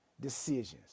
decisions